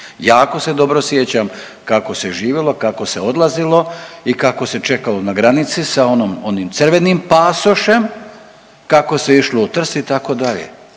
Jako se dobro sjećam kako se živjelo, kako se odlazilo i kako se čekalo na granici sa onom, onim crvenim pasošem, kako se išlo u Trst. Gospodine